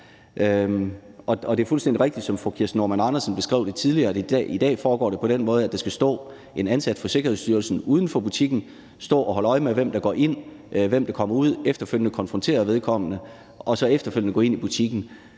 Det er fuldstændig rigtigt, som fru Kirsten Normann Andersen beskrev det tidligere, at det i dag foregår på den måde, at der uden for butikken skal stå en ansat fra Sikkerhedsstyrelsen og holde øje med, hvem der går ind, og hvem der kommer ud, og efterfølgende konfrontere vedkommende og derefter gå ind i butikken.